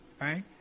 Right